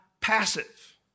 passive